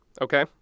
okay